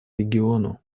региону